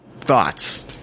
Thoughts